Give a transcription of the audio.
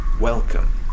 Welcome